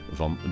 van